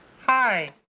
Hi